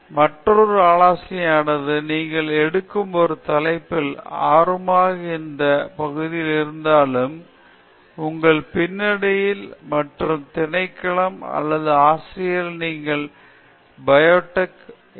ஸ்ரீதரி மற்றொரு ஆலோசனையானது நீங்கள் எடுக்கும் ஒரு தலைப்பில் ஆர்வமாக இருக்கும் எந்த பகுதியில் இருந்தாலும் உங்கள் பின்னணி மற்றும் திணைக்களம் அல்லது ஆசிரியரால் நீங்கள் பயோடெக் Biotech